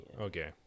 Okay